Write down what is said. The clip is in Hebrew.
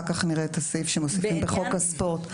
אחר כך נראה את הסעיף שמוסיפים בחוק הספורט.